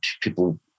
people